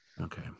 Okay